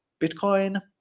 Bitcoin